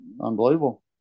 unbelievable